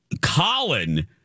Colin